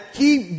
keep